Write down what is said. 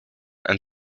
and